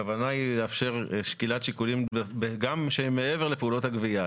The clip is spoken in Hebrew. הכוונה היא לאפשר גם שקילת שיקולים שהם מעבר לפעולות הגבייה.